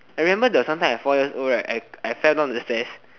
I remember there was some time I four years old right I I fell down the stairs